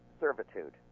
servitude